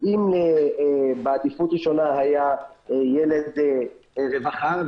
אם בעדיפות ראשונה היה ילד רווחה,